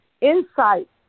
insight